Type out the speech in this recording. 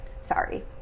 Sorry